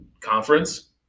conference